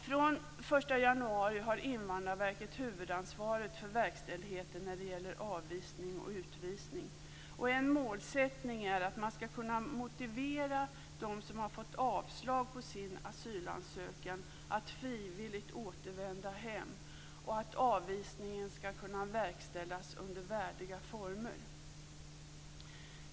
Från den 1 januari har Invandrarverket huvudansvaret för verkställigheten av avvisning och utvisning. En målsättning är att man skall kunna motivera dem som har fått avslag på sin asylansökan att frivilligt återvända hem och att avvisningen skall kunna verkställas under värdiga former.